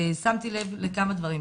ושמתי לב לכמה דברים.